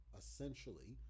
essentially